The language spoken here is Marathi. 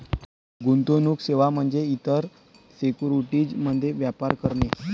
गुंतवणूक सेवा म्हणजे इतर सिक्युरिटीज मध्ये व्यापार करणे